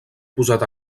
posat